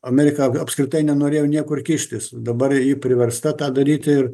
amerika apskritai nenorėjau niekur kištis dabar ji priversta tą daryti ir